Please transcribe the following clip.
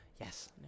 Yes